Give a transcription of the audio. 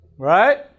Right